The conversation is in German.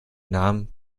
namen